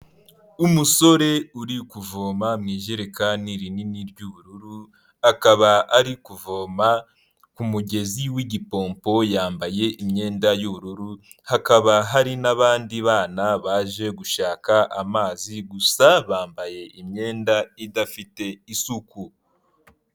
Umusore uri kuvoma mu ijerekani rinini ry'ubururu, akaba ari kuvoma ku mugezi w'igimpompo yambaye imyenda y'ubururu, hakaba hari n'abandi bana baje gushaka amazi gusa bambaye imyenda idafite isuku.